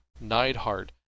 Neidhart